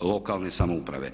lokalne samouprave.